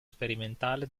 sperimentale